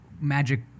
magic